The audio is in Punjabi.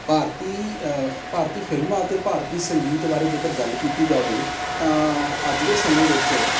ਭਾਰਤੀ ਭਾਰਤੀ ਫਿਲਮਾਂ ਅਤੇ ਭਾਰਤੀ ਸੰਗੀਤ ਬਾਰੇ ਜੇਕਰ ਗੱਲ ਕੀਤੀ ਜਾਵੇ ਤਾਂ ਅੱਜ ਦੇ ਸਮੇਂ ਵਿੱਚ